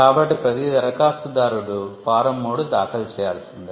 కాబట్టి ప్రతీ దరఖాస్తుదారుడు ఫారం 3 దాఖలు చేయాల్సిందే